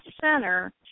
center